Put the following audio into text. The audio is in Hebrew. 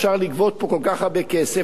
אפשר לגבות פה כל כך הרבה כסף,